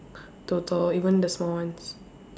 total even the small ones